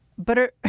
but are